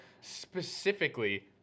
Specifically